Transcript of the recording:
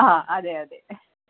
ആ അതെ അതെ